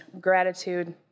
gratitude